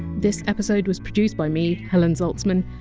this episode was produced by me, helen zaltzman.